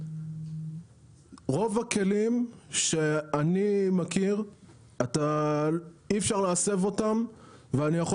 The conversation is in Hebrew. רוב הכלים שאני מכיר, אי אפשר להסב אותם ואני יכול